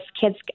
kids